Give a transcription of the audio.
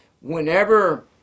whenever